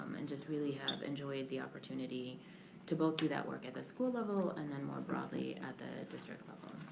and just really have enjoyed the opportunity to both do that work at the school level and then more broadly at the district level.